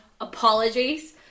apologies